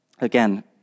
Again